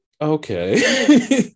Okay